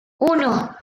uno